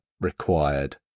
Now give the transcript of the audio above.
required